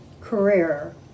career